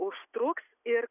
užtruks ir